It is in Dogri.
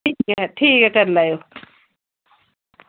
ठीक ऐ ठीक ऐ करी लैयो